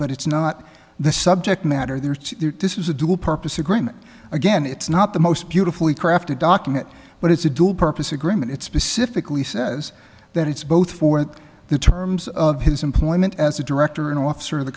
but it's not the subject matter there this is a dual purpose agreement again it's not the most beautifully crafted document but it's a dual purpose agreement it specifically says that it's both for the terms of his employment as a director an officer of the